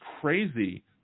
crazy